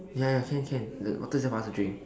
ya ya can can the water is there for us to drink